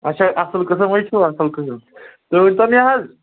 اَچھا اَصٕل قٕسٕم ہَے چھُو اَصٕل قٕسٕم تُہۍ ؤنۍتو مےٚ حظ